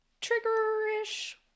trigger-ish